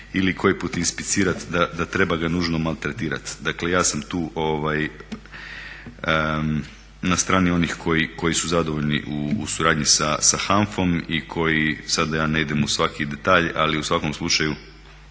se ne razumije./… da treba ga nužno maltretirati. Dakle ja sam tu na strani onih koji su zadovoljni u suradnji sa HANFA-om i koji, sada da ja ne idem u svaki detalj ali u svakom slučaju